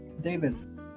david